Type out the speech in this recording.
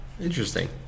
Interesting